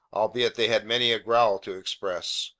albeit they had many a growl to express.